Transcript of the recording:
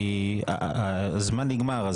כי הזמן נגמר.